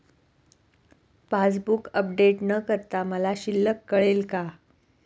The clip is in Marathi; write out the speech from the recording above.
पासबूक अपडेट न करता मला शिल्लक कळेल का?